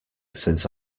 since